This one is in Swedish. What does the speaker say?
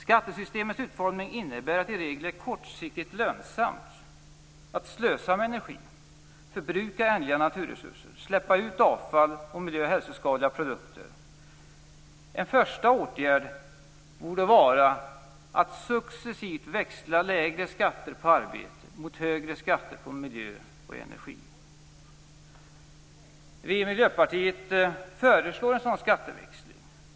Skattesystemets utformning innebär att det i regel är kortsiktigt lönsamt att slösa med energi, förbruka ändliga naturresurser och släppa ut avfall och miljöoch hälsoskadliga produkter. En första åtgärd borde vara att successivt växla lägre skatter på arbete mot högre skatter på miljö och energi. Vi i Miljöpartiet föreslår en sådan skatteväxling.